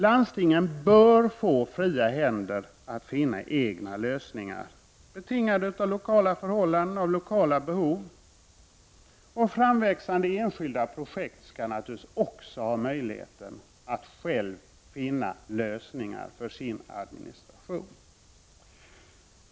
Landstingen bör få fria händer att finna egna lösningar betingade av lokala förhållanden och lokala behov, och framväxande enskilda projekt skall naturligtvis också ha möjligheten att själva finna lösningar för sin administration.